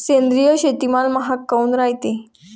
सेंद्रिय शेतीमाल महाग काऊन रायते?